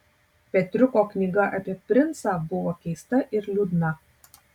petriuko knyga apie princą buvo keista ir liūdna